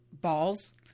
balls